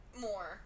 More